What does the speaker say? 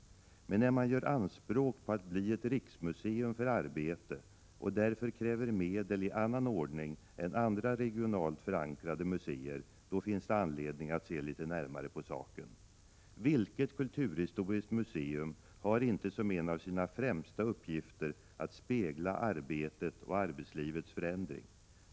Men när man gör anspråk på att bli ett riksmuseum för arbete och därför kräver medel i annan ordning än andra regionalt förankrade museer, finns det anledning att se litet närmare på saken. Vilket kulturhistoriskt museum har inte som en av sina främsta uppgifter att spegla arbetet och arbetslivets förändring?